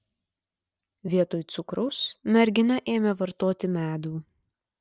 vietoj cukraus mergina ėmė vartoti medų